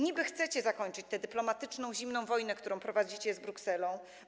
Niby chcecie zakończyć tę dyplomatyczną zimną wojnę, którą prowadzicie z Brukselą.